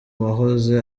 wahoze